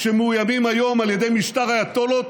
שמאוימות היום על ידי משטר האייתולות,